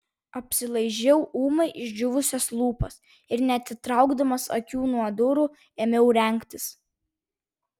apsilaižiau ūmai išdžiūvusias lūpas ir neatitraukdamas akių nuo durų ėmiau rengtis